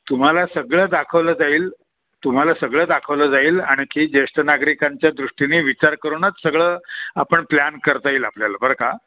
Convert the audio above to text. तुम्हाला सगळं दाखवलं जाईल तुम्हाला सगळं दाखवलं जाईल आणखी ज्येष्ठ नागरिकांच्या दृष्टीने विचार करूनच सगळं आपण प्लॅन करता येईल आपल्याला बरं का